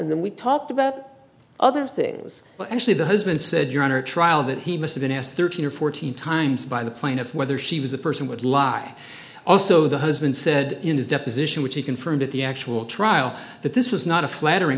and then we talked about other things but actually the husband said your honor trial that he must've been asked thirteen or fourteen times by the plaintiff whether she was the person would lie also the husband said in his deposition which he confirmed at the actual trial that this was not a flattering